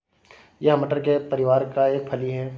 यह मटर के परिवार का एक फली है